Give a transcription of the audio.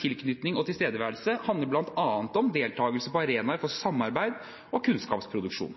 tilknytning og tilstedeværelse handler bl.a. om deltakelse på arenaer for samarbeid og kunnskapsproduksjon.